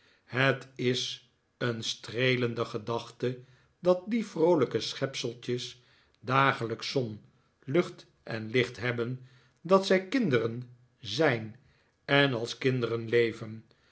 het is een streelende gedachte dat die vroolijke schepseltjes dagelijks zon lucht en licht hebben dat zij kinderen z ij n en als kinderen leven